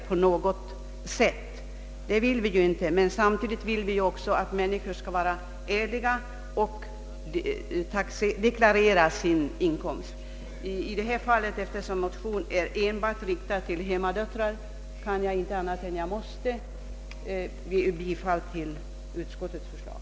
Samtidigt är det dock naturligtvis ett önskemål att människorna ärligt skall deklarera sin inkomst. Eftersom den föreliggande motionen avser enbart hemmadöttrarna, kan jag inte annat än yrka bifall till utskottets förslag.